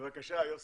בבקשה, יוסי.